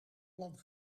plan